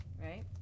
right